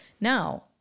now